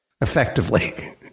effectively